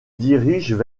dirigent